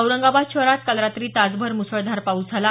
औरंगाबाद शहरात काल रात्री तासभर मुसळधार पाऊस झाला